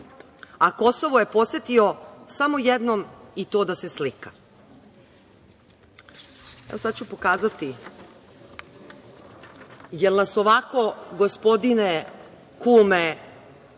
a Kosovo je posetio samo jednom i to da se slika. Sad ću pokazati, jel nas ovako gospodine, kume